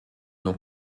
nom